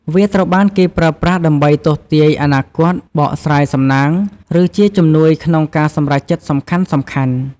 វាត្រូវបានគេប្រើប្រាស់ដើម្បីទស្សន៍ទាយអនាគត បកស្រាយសំណាង ឬជាជំនួយក្នុងការសម្រេចចិត្តសំខាន់ៗ។